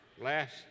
Last